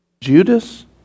Judas